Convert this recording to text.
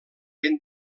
ben